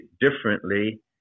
differently